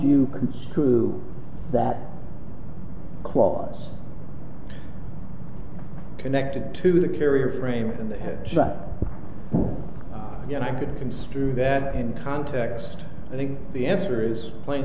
you can screw that clause connected to the carrier frame in the you know i could construe that in context i think the answer is plain